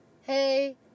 hey